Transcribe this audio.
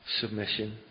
Submission